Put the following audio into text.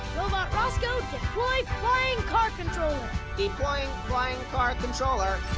robot roscoe, deploy flying car controller! deploying flying car controller.